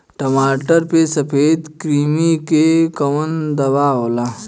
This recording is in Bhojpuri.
टमाटर पे सफेद क्रीमी के कवन दवा होला?